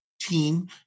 team